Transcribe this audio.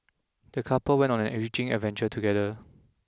the couple went on an enriching adventure together